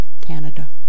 Canada